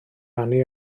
rannu